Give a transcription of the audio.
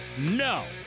no